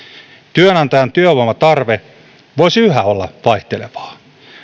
työnantajan työvoimatarve voisi yhä olla vaihtelevaa